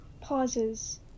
Pauses